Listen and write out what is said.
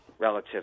relative